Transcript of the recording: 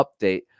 update